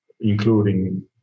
including